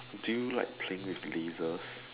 do you like playing with lasers